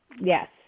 yes